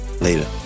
Later